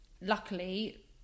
luckily